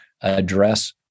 address